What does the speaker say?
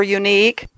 unique